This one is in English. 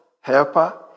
helper